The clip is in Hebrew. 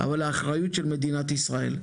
אבל האחריות היא של מדינת ישראל.